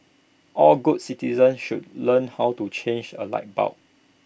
all good citizens should learn how to change A light bulb